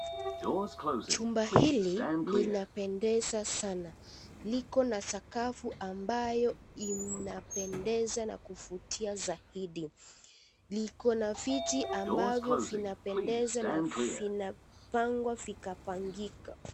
Jumba hili, linapendeza sana. Liko na sakafu ambayo inapendeza na kuvutia zaidi. Iko na viti ambavyo vinapendeza na vinapangwa na vikapangika.